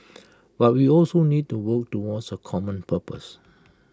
but we also need to work towards A common purpose